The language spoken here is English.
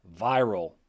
viral